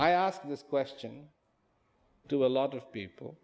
i ask this question to a lot of people